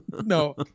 No